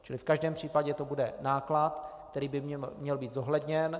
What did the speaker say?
Čili v každém případě to bude náklad, který by měl být zohledněn.